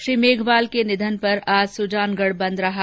श्री मेघवाल के निधन पर आज सुजानगढ़ बंद रहा